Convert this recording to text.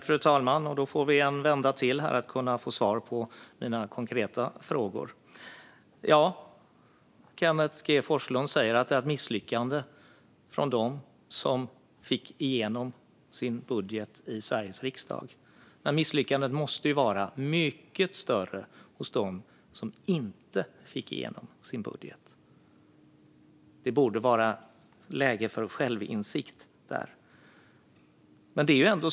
Fru talman! Då får vi en vända till när jag kan få svar på mina konkreta frågor. Kenneth G Forslund säger att det är ett misslyckande från dem som fick igenom sin budget i Sveriges riksdag. Men misslyckandet måste ju vara mycket större hos dem som inte fick igenom sin budget. Där borde det vara läge för självinsikt.